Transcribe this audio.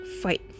Fight